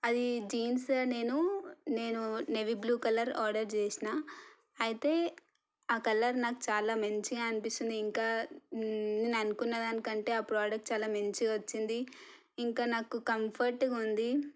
అది జీన్స్ నేను నేను నేవీ బ్లూ కలర్ ఆర్డర్ చేశాను అయితే ఆ కలర్ నాకు చాలా మంచిగా అనిపిస్తుంది ఇంకా నేను అనుకున్న దానికంటే ఆ ప్రోడక్ట్ చాలా మంచిగా వచ్చింది ఇంకా నాకు కంఫర్ట్గా ఉంది